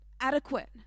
Adequate